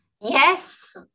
Yes